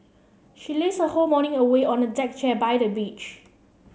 she lazed her whole morning away on a deck chair by the beach